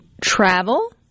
travel